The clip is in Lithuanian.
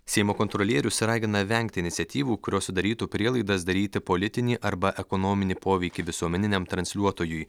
seimo kontrolierius ragina vengti iniciatyvų kurios sudarytų prielaidas daryti politinį arba ekonominį poveikį visuomeniniam transliuotojui